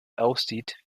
aussieht